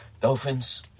Dolphins